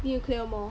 need to clear more